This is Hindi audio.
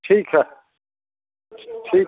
ठीक है ठीक